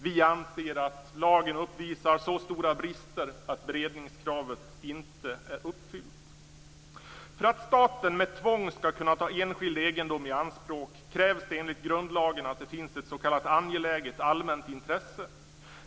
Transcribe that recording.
Vi anser att lagen uppvisar så stora brister att beredningskravet inte är uppfyllt. För att staten med tvång skall kunna ta enskild egendom i anspråk krävs enligt grundlagen att det finns ett s.k. angeläget allmänt intresse.